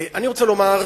אני רוצה לומר,